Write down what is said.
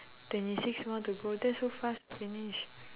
twenty six more to go that's so fast finish